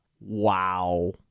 Wow